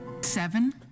Seven